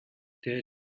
there